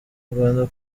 rwanda